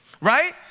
right